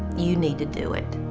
you need to do it.